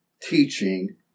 teaching